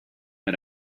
had